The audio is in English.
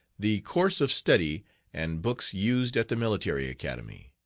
the course of study and books used at the military academy.